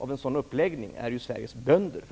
med en sådan uppläggning är ju Sveriges bönder.